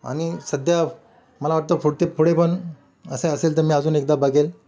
आणि सध्या मला वाटतं फुडते पुढे पण असे असेल तर मी अजून एकदा बघेल